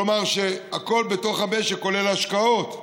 כלומר, שהכול בתוך המשק, כולל ההשקעות,